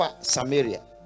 Samaria